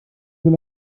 sind